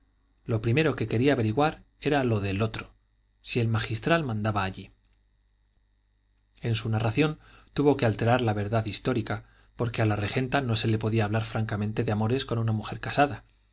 lo primero que quería averiguar era lo del otro si el magistral mandaba allí en su narración tuvo que alterar la verdad histórica porque a la regenta no se le podía hablar francamente de amores con una mujer casada